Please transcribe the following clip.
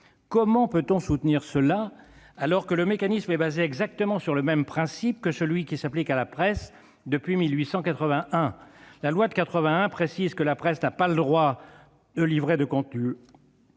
Comment peut-on soutenir cela, alors que le mécanisme est basé exactement sur le même principe que celui qui s'applique à la presse depuis 1881 ? La loi de 1881 précise que la presse n'a pas le droit de livrer de contenus